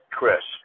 Chris